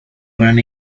gran